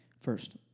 First